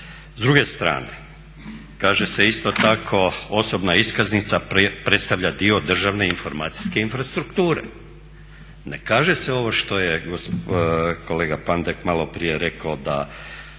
S druge strane, kaže se isto tako: "Osobna iskaznica predstavlja dio državne informacijske infrastrukture.". Ne kaže se ovo što je kolega Pandek malo prije rekao da